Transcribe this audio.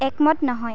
একমত নহয়